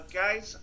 guys